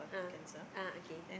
ah ah okay